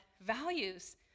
values